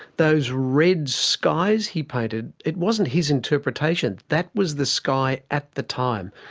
those red skies he painted, it wasn't his interpretation, that was the sky at the time,